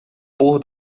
pôr